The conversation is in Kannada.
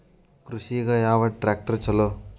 ಕೃಷಿಗ ಯಾವ ಟ್ರ್ಯಾಕ್ಟರ್ ಛಲೋ?